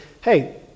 hey